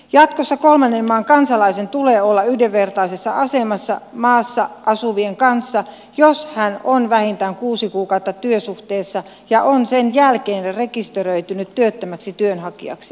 jatkossa kolmannen maan kansalaisen tulee olla yhdenvertaisessa asemassa maassa asuvien kanssa jos hän on vähintään kuusi kuukautta työsuhteessa ja on sen jälkeen rekisteröitynyt työttömäksi työnhakijaksi